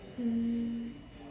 mm